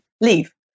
leave